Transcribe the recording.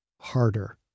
Harder